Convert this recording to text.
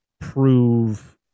prove